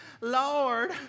Lord